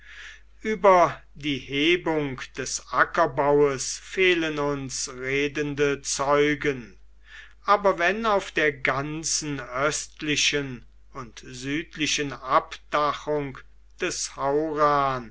über die hebung des ackerbaues fehlen uns redende zeugen aber wenn auf der ganzen östlichen und südlichen abdachung des